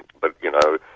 but you know,